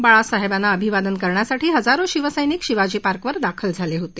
बाळासाहेबांना अभिवादन करण्यासाठी हजारो शिवसैनिक शिवाजी पार्कवर दाखल झाले होते